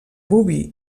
boví